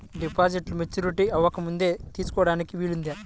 డిపాజిట్ను మెచ్యూరిటీ అవ్వకముందే తీసుకోటానికి వీలుందా?